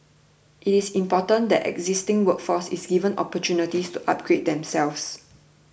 it is important that the existing workforce is given opportunities to upgrade themselves